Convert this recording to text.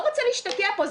הוא לא רוצה להשתקע פה,